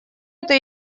это